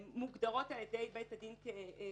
מוגדרות על ידי בית הדין כסרבניות,